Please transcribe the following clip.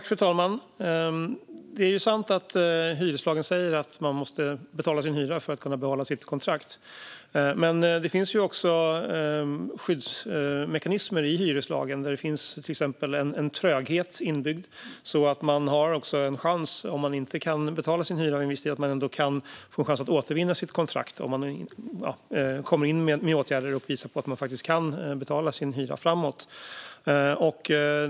Fru talman! Det är sant att hyreslagen säger att man måste betala sin hyra för att kunna behålla sitt kontrakt, men det finns också skyddsmekanismer i hyreslagen. Det finns till exempel en tröghet inbyggd så att den som inte kan betala sin hyra ändå kan få en chans att återvinna sitt kontrakt om man kommer in med åtgärder och visar att man faktiskt kan betala sin hyra framöver.